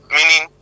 Meaning